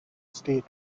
state